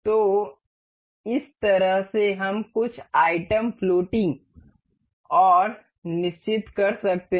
तो इस तरह से हम कुछ आइटम फ्लोटिंग और निश्चित कर सकते हैं